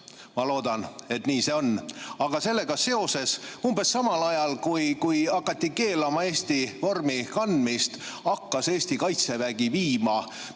Ma loodan, et nii see on. Aga umbes samal ajal, kui hakati keelama Eesti vormi kandmist, hakkas Eesti Kaitsevägi viima